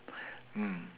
mm